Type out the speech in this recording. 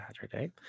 Saturday